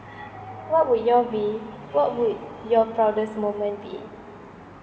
what would your be what would your proudest moment be